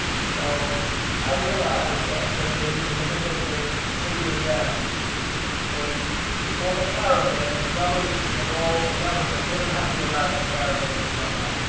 so i realized that, when they in the middle of their city or towns when you form a caravan, if a government is at all a government, they don't have to allow that caravan to come up.